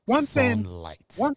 Sunlight